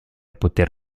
poter